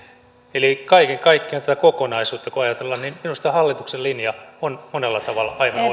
eli kaiken kaikkiaan tätä kokonaisuutta kun ajatellaan niin minusta hallituksen linja on monella tavalla